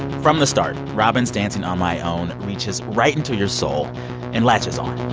from the start, robyn's dancing on my own reaches right into your soul and latches on.